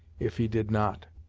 if he did not.